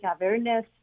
awareness